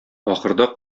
ахырда